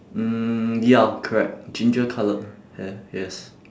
mm ya correct ginger coloured hair yes